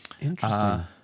Interesting